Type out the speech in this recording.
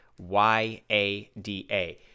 y-a-d-a